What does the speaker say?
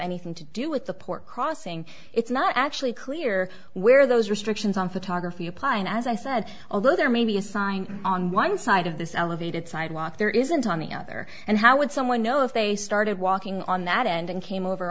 anything to do with the port crossing it's not actually clear where those restrictions on photography apply and as i said although there may be a sign on one side of this elevated sidewalk there isn't on the other and how would someone know if they started walking on that end and came over